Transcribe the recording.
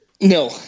No